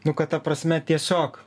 nu ta prasme tiesiog